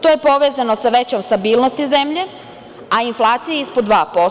To je povezano sa većom stabilnošću zemlje, a inflacija je ispod 2%